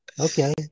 Okay